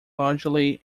largely